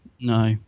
No